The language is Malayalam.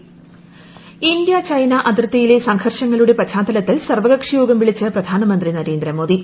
സർവകക്ഷിയോഗം ഇന്ത്യ ചൈന അതിർത്തിയിലെ സംഘർഷങ്ങളുടെ പശ്ചാത്തല ത്തിൽ സർവകക്ഷിയോഗം വിളിച്ച് പ്രധാനമന്ത്രി നരേന്ദ്ര മോദി